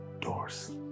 doors